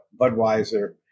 Budweiser